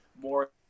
more